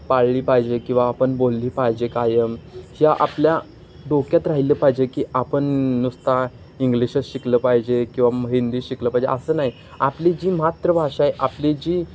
पाळली पाहिजे किंवा आपण बोलली पाहिजे कायम या आपल्या डोक्यात राहिले पाहिजे की आपण नुसता इंग्लिशच शिकलं पाहिजे किंवा हिंदी शिकलं पाहिजे असं नाही आपली जी मातृभाषा आहे आपली जी